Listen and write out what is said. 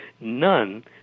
none